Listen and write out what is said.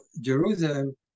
Jerusalem